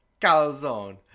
Calzone